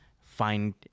find